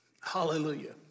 Hallelujah